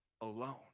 alone